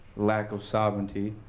lack of sovereignty,